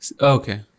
Okay